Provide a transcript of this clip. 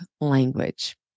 language